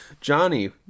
Johnny